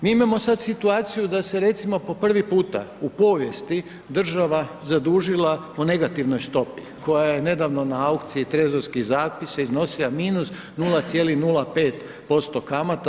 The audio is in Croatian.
Mi imamo sad situaciju da se recimo po prvi puta u povijesti država zadužila po negativnoj stopi, koja je nedavno na aukciji trezorskih zapisa iznosila -0,05% kamata.